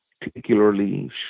particularly